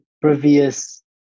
previous